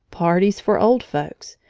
parties for old folks,